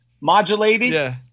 modulated